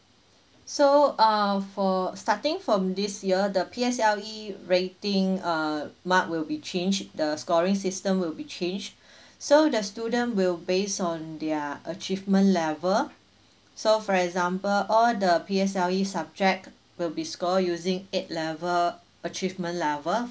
so uh for starting from this year the P_S_L_E rating uh mark will be change the scoring system will be change so the student will base on their achievement level so for example all the P_S_L_E subject will be score using eight level achievement level